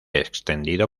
extendido